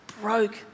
broke